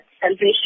salvation